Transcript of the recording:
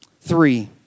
Three